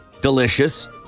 Delicious